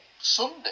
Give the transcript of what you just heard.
Sunday